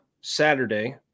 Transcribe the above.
Saturday